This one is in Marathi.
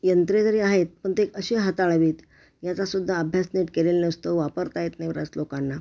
यंत्रे जरी आहेत पण ते कशी हाताळावीत याचा सुद्धा अभ्यास नीट केलेला नसतो वापरता येत नाही बऱ्याच लोकांना